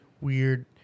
weird